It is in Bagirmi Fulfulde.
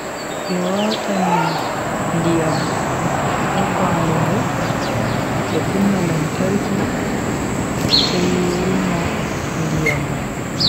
Be watan ndiyam ha fandu mai be kunna lantarki sai wulna ndiyam.